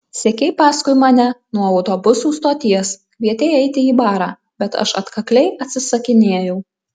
sekei paskui mane nuo autobusų stoties kvietei eiti į barą bet aš atkakliai atsisakinėjau